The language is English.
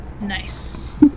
Nice